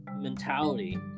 mentality